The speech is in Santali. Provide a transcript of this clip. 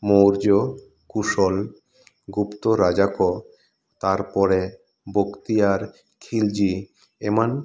ᱢᱳᱨᱡᱚ ᱠᱩᱥᱚᱞ ᱜᱩᱯᱛᱚ ᱨᱟᱡᱟ ᱠᱚ ᱛᱟᱨᱯᱚᱨᱮ ᱵᱚᱠᱛᱤᱭᱟᱨ ᱠᱷᱤᱞᱡᱤ ᱮᱢᱟᱱ